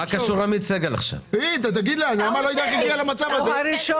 תודה רבה.